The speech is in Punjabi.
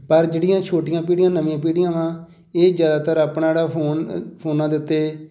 ਪਰ ਜਿਹੜੀਆਂ ਛੋਟੀਆਂ ਪੀੜ੍ਹੀਆਂ ਨਵੀਆਂ ਪੀੜ੍ਹੀਆਂ ਵਾ ਇਹ ਜ਼ਿਆਦਾਤਰ ਆਪਣਾ ਜਿਹੜਾ ਫ਼ੋਨ ਫ਼ੋਨਾਂ ਦੇ ਉੱਤੇ